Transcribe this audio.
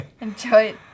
Enjoy